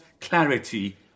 clarity